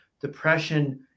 depression